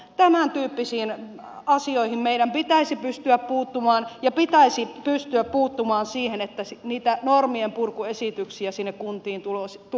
tämän tyyppisiin asioihin meidän pitäisi pystyä puuttumaan ja pitäisi pystyä puuttumaan siihen että niitä normien purkuesityksiä kuntiin tulisi